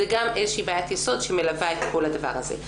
זו גם בעיית יסוד שמלווה את כל הדבר הזה.